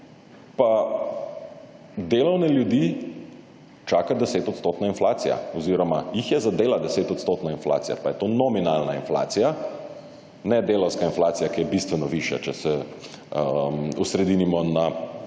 pa delovne ljudi čaka 10 % inflacija oziroma jih je zadela 10 % inflacija. Pa je to nominalna inflacija ne delavska inflacija, ki je bistveno višja, če se osredinimo na